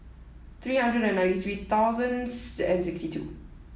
three hundred and ninety three thousands and sixty two